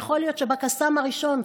יכול להיות שבקסאם הראשון,